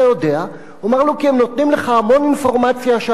הוא אמר לו: כי הם נותנים לך המון אינפורמציה שאתה לא צריך.